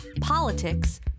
politics